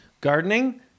Gardening